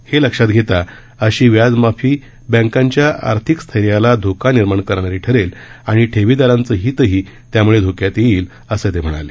हा लक्षात घेता अशी व्याजमाफी बँकाच्या आर्थिक स्थैर्याला धोका निर्माण करणारी ठरेल आणि ठेविदारांचं हितही त्यामुळं धोक्यात येईल असं ते म्हणाले